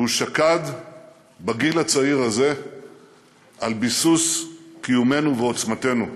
והוא שקד בגיל הצעיר הזה על ביסוס קיומנו ועוצמתנו.